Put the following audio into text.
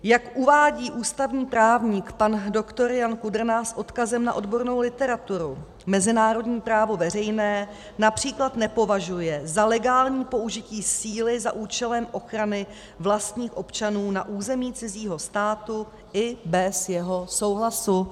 Jak uvádí ústavní právník pan doktor Jan Kudrna s odkazem na odbornou literaturu, mezinárodní právo veřejné například nepovažuje za legální použití síly za účelem ochrany vlastních občanů na území cizího státu i bez jeho souhlasu.